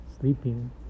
sleeping